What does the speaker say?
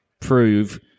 prove